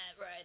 right